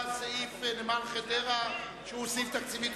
סעיף 95, נמל חדרה, לשנת 2010, נתקבל.